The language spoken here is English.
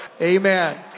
Amen